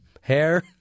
hair